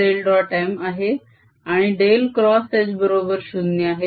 M आहे आणि डेलxH बरोबर 0 आहे